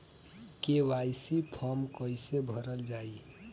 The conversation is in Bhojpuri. के.वाइ.सी फार्म कइसे भरल जाइ?